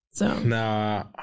Nah